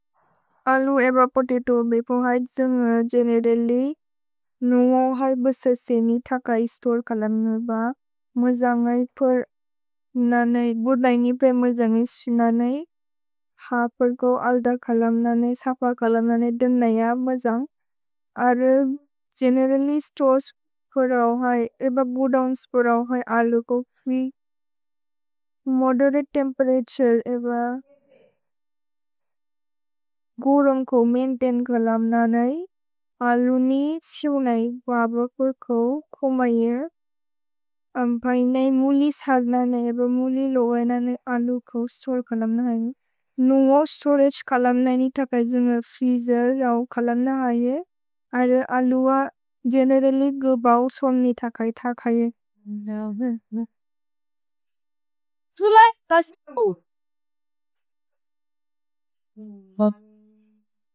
अलु एब पोतेतो बेपो है द्जुन् गेनेरलि नुओन् है बससेनि थकै स्तोर् कलम्नेब। मजन्ग् है फुर् ननै गुदैनि प्रए मजन्गि सुननै। हा फुर् को अल्द कलम्नने, सफ कलम्नने दुन् नैअ मजन्ग्। अर् गेनेरलि स्तोर्स् फुर्रौ है एब गुदोन्स् फुर्रौ है अलु को फि। मोदेरते तेम्पेरतुरे एब गुरोन् को मैन्तैन् कलम्ननै। अलु नी त्सिउ नै बबकुर् को खोमैए। भ्हैनै मुलि सर्ननै एब मुलि लोएनने अलु को स्तोर् कलम्नने। नुओन् स्तोरज् कलम्ननि थकै द्जुन् फ्रीजेरौ कलम्न है ए। अर्रे अलु अ गेनेरल्ल्य् गुबव् सोन्नि थकै थकै।